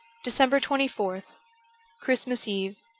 december twenty fourth christmas eve